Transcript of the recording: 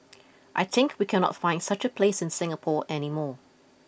I think we cannot find such a place in Singapore any more